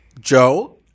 Joe